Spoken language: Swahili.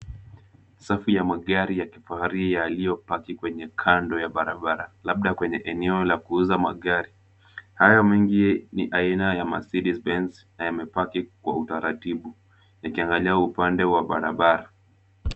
Safu ya magari ya kifahari yaliyopaki kwenye kando ya barabara labda kwenye eneo la kuuza magari. Hayo mengi ni aina ya Mercedes benz na yamepaki kwa utaratibu yakiangalia upande wa barabara.